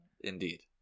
Indeed